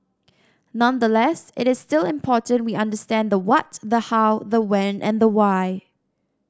nonetheless it is still important we understand the what the how the when and the why